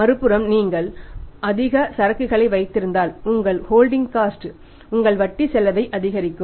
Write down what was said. மறுபுறம் நீங்கள் அதிக அளவு சரக்குகளை வைத்திருந்தால் உங்கள் ஹோல்டிங் காஸ்ட் உங்கள் வட்டி செலவை அதிகரிக்கும்